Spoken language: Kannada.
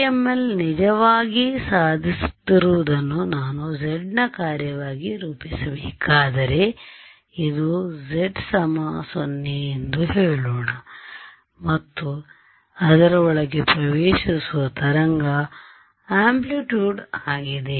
PML ನಿಜವಾಗಿ ಸಾಧಿಸುತ್ತಿರುವುದನ್ನು ನಾನು z ನ ಕಾರ್ಯವಾಗಿ ರೂಪಿಸಬೇಕಾದರೆ ಇದು z 0 ಎಂದು ಹೇಳೋಣ ಮತ್ತು ಅದರೊಳಗೆ ಪ್ರವೇಶಿಸುವ ತರಂಗ ಆಮಪ್ಲಿಟ್ಯುಡ್ ಆಗಿದೆ